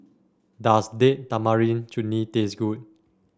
does Date Tamarind Chutney taste good